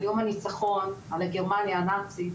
על יום הניצחון על גרמניה הנאצית,